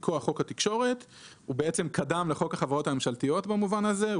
מכוח חוק התקשורת קדם לחוק החברות הממשלתיות במובן הזה.